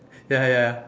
ya ya ya